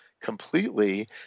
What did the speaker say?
completely